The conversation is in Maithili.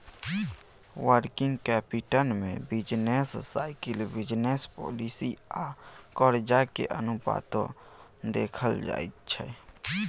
वर्किंग कैपिटल में बिजनेस साइकिल, बिजनेस पॉलिसी आ कर्जा के अनुपातो देखल जाइ छइ